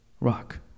Rock